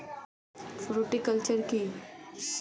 Fruticulture কী?